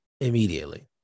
immediately